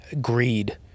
greed